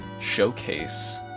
showcase